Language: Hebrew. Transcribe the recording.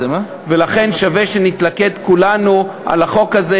לכן שווה שנתלכד כולנו על החוק הזה,